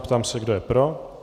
Ptám se, kdo je pro.